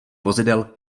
vozidel